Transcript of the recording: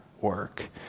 work